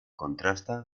contrasta